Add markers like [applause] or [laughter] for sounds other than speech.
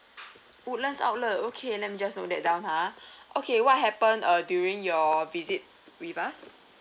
woodlands outlet okay let me just note that down ha [breath] okay what happened uh during your visit with us